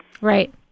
Right